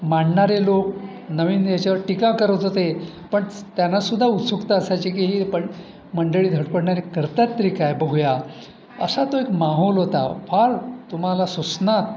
मांडणारे लोक नवीन याच्यावर टीका करत होते पण त्यांना सुद्धा उत्सुकता असायची की ही पण मंडळी धडपडणारे करतात तरी काय आहे बघूया असा तो एक माहोल होता फार तुम्हाला सूचना